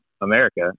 america